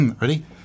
Ready